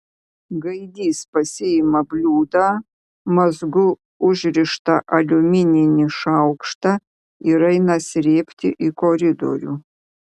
gaidys pasiima bliūdą mazgu užrištą aliumininį šaukštą ir eina srėbti į koridorių